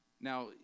Now